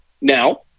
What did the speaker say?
Now